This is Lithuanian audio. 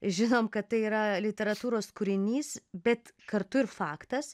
žinom kad tai yra literatūros kūrinys bet kartu ir faktas